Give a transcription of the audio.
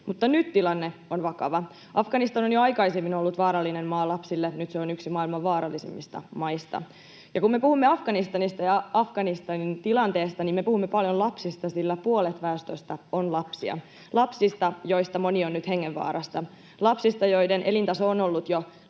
Mutta nyt tilanne on vakava. Afganistan on jo aikaisemmin ollut vaarallinen maa lapsille. Nyt se on yksi maailman vaarallisimmista maista. Ja kun me puhumme Afganistanista ja Afganistanin tilanteesta, niin me puhumme paljon lapsista, sillä puolet väestöstä on lapsia. Me puhumme lapsista, joista moni on nyt hengenvaarassa, lapsista, joiden elintaso on ollut jo